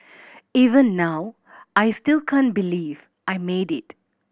even now I still can't believe I made it